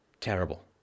terrible